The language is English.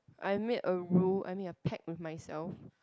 I made a rule I made a pact with myself